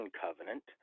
covenant